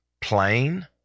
plain